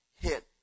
hit